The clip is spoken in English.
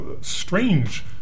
strange